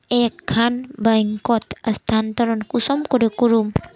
एक खान बैंकोत स्थानंतरण कुंसम करे करूम?